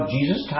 Jesus